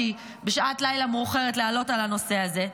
בשעת לילה מאוחרת לענות על הנושא הזה.